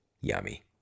yummy